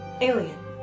alien